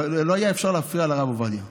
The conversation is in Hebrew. לא היה אפשר להפריע לרב עובדיה.